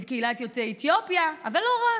את קהילת יוצאי אתיופיה, אבל לא רק,